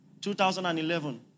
2011